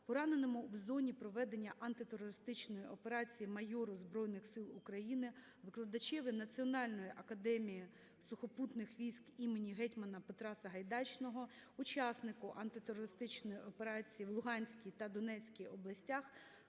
пораненому в зоні проведення антитерористичної операції майору Збройних Сил України, викладачеві Національної академії сухопутних військ імені гетьмана Петра Сагайдачного, учаснику антитерористичної операції в Луганській та Донецькій областях,